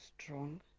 strong